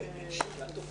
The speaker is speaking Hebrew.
הישיבה ננעלה בשעה